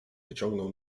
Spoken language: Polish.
wyciągnął